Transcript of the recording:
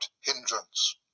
hindrance